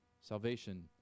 Salvation